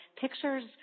pictures